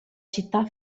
città